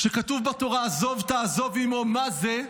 כשכתוב בתורה "עזֹב תעזֹב עִמו" מה זה?